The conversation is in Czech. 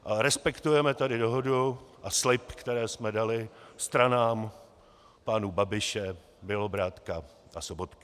Ale respektujeme tady dohodu a slib, který jsme dali stranám pánů Babiše, Bělobrádka a Sobotky.